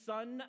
Son